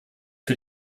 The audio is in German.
für